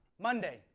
Monday